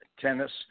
tennis